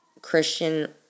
Christian